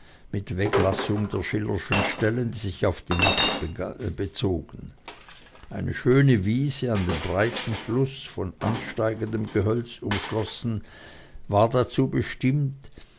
mit weglassung der schillerschen stellen die sich auf die nacht bezogen eine schöne wiese an dem breiten fluß von ansteigendem gehölz umschlossen war dazu bestimmt